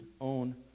own